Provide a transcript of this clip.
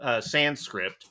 Sanskrit